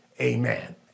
Amen